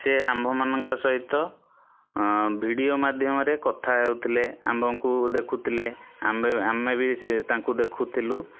ସେ ଆମ୍ଭମାନଙ୍କ ସହିତ ଭିଡ଼ିଓ ମାଧ୍ୟମରେ କଥା ହେଉଥିଲେ ଆମ୍ଭଙ୍କୁ ଦେଖୁଥିଲେ ଆମ୍ଭେ ଆମେ ବି ସେ ତାଙ୍କୁ ଦେଖୁଥିଲୁ